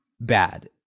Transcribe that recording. bad